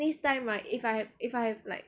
this time right if I if I have like